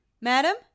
madam